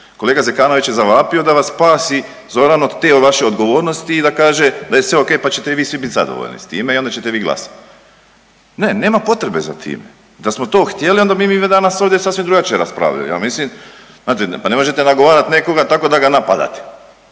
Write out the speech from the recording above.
Kolega Zekanović je zavapio da vas spasi Zoran od te vaše odgovornosti i da kaže da je sve ok pa ćete i vi svi bit zadovoljni s time i onda ćete vi glasati. Ne, nema potrebe za time, da smo to htjeli, onda bi mi danas ovdje sasvim drugačije raspravljali, a mislim, znate, pa ne možete nagovarati nekoga tako da ga napadate,